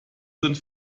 sind